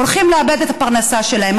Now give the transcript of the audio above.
הולכות לאבד את הפרנסה שלהן.